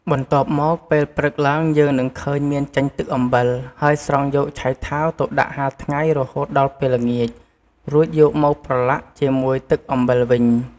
បន្ទាប់មកពេលព្រឹកឡើងយើងនឹងឃើញមានចេញទឹកអំបិល ហើយស្រង់យកឆៃថាវទៅដាក់ហាលថ្ងៃរហូតដល់ពេលល្ងាច រួចយកមកប្រឡាក់ជាមួយទឹកអំបិលវិញ។